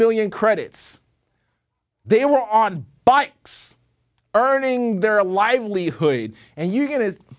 million credits they were on by earning their livelihood and you get